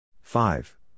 five